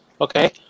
Okay